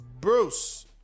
Bruce